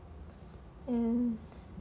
hmm